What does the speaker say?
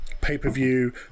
pay-per-view